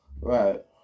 Right